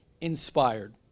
inspired